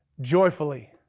joyfully